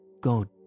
God